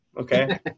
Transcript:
okay